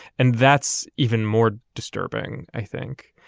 and that's even more disturbing i think.